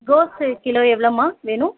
கோஸ் kilo எவ்வளோம்மா வேணும்